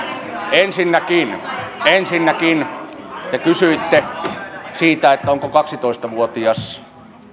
ensinnäkin ensinnäkin te kysyitte siitä onko kaksitoista vuotias